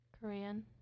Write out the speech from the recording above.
korean